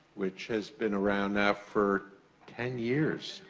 which has been around now, for ten years.